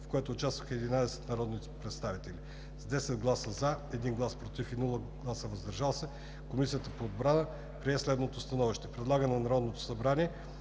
в което участваха 11 народни представители. С 10 гласа „за“, 1 глас „против“ и без „въздържал се“ Комисията по отбрана прие следното становище: Предлага на Народното събрание